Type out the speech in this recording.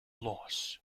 loss